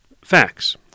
Facts